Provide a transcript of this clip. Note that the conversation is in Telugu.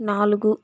నాలుగు